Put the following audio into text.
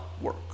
work